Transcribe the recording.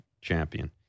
champion